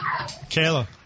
Kayla